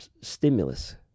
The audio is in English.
stimulus